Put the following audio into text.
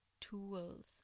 tools